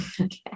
Okay